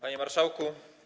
Panie Marszałku!